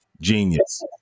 genius